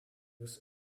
use